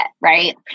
right